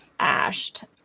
ashed